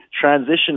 transition